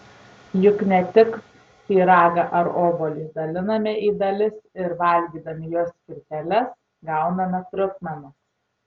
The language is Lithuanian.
juk ne tik pyragą ar obuolį daliname į dalis ir valgydami jo skilteles gauname trupmenas